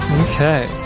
Okay